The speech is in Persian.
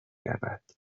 رود